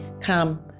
come